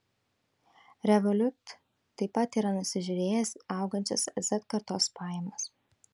revolut taip pat yra nusižiūrėjęs augančias z kartos pajamas